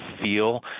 feel